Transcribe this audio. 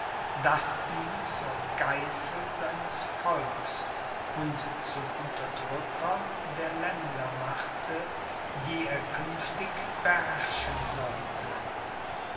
das ihn zur geißel seines volks und zum unterdrücker der länder machte die er künftig beherrschen sollte